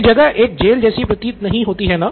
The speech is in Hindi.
यह जगह एक जेल जैसी प्रतीत नहीं होती है न